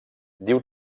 diu